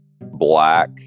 black